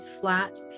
flat